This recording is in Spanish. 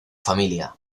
familia